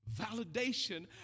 Validation